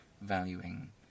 valuing